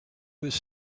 was